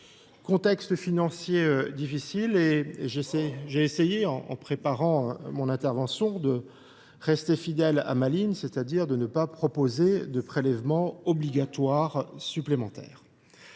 contexte financier est difficile. J’ai essayé, en préparant mon intervention, de rester fidèle à ma ligne, c’est à dire de ne pas proposer de prélèvement obligatoire supplémentaire.